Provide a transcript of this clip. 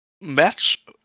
match